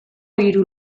hiru